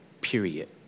period